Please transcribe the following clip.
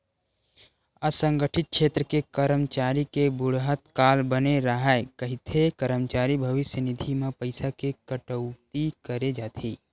असंगठित छेत्र के करमचारी के बुड़हत काल बने राहय कहिके करमचारी भविस्य निधि म पइसा के कटउती करे जाथे